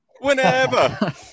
whenever